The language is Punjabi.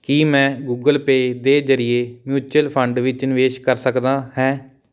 ਕੀ ਮੈਂ ਗੁਗਲ ਪੇ ਦੇ ਜਰੀਏ ਮਿਊਚੁਅਲ ਫੰਡ ਵਿੱਚ ਨਿਵੇਸ਼ ਕਰ ਸਕਦਾ ਹੈ